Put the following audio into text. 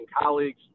colleagues